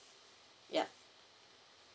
yeah